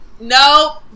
no